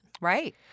Right